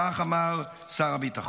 כך אמר שר הביטחון.